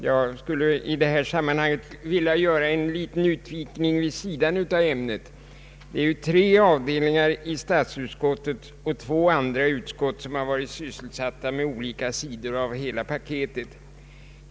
Jag skulle här vilja göra en liten utvikning från ämnet. Det är tre avdelningar i statsutskottet och två andra utskott som varit sysselsatta med olika sidor av hela paketet.